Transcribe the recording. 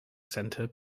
centre